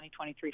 2023